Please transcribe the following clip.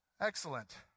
Excellent